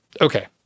Okay